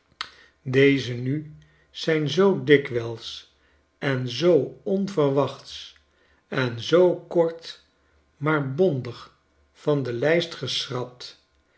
deze nu zijn zoo dikwijls en zoo onverwachts en zoo kort maar bondig van de lijst geschrapt